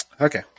Okay